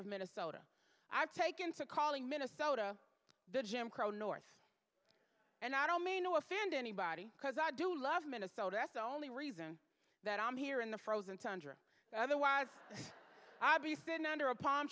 of minnesota i've taken to calling minnesota the jim crow north and i don't mean to offend anybody because i do love minnesota that's only reason that i'm here in the frozen tundra otherwise i'll be sitting under a palm